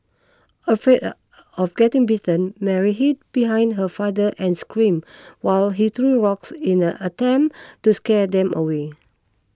afraid of getting bitten Mary hid behind her father and screamed while he threw rocks in an attempt to scare them away